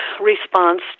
response